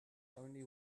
only